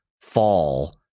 fall